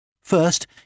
First